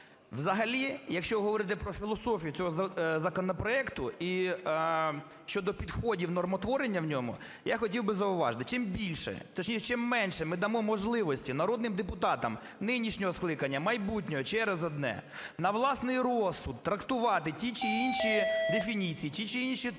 Взагалі, якщо говорити про філософію цього законопроекту і щодо підходів нормотворення в ньому, я хотів би зауважити. Чим більше, точніше, чим менше ми дамо можливості народним депутатам нинішнього скликання, майбутнього, через одне, на власний розсуд трактувати ті чи інші дефініції, ті чи інші терміни,